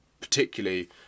particularly